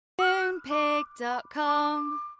Moonpig.com